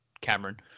Cameron